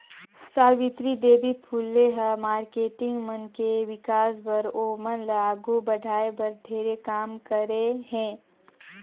सावित्री देवी फूले ह मारकेटिंग मन के विकास बर, ओमन ल आघू बढ़ाये बर ढेरे काम करे हे